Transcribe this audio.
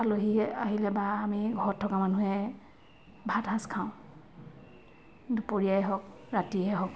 আলহী আহিলে বা আমি ঘৰত থকা মানুহে ভাতসাজ খাওঁ দুপৰীয়াই হওক ৰাতিয়ে হওক